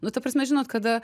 nu ta prasme žinot kada